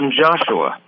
Joshua